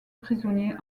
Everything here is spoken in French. prisonniers